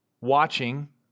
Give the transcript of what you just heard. watching